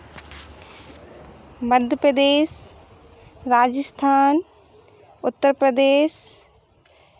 Madhya Pradesh Rajasthan Uttar Pradesh